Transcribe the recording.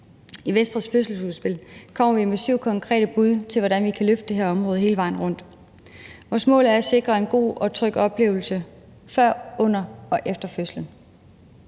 I Venstres fødselsudspil kommer vi med syv konkrete bud på, hvordan vi kan løfte det her område hele vejen rundt. Vores mål er at sikre en god og tryg oplevelse før, under og efter fødslen.